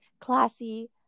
classy